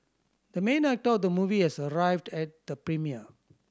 the main actor of the movie has arrived at the premiere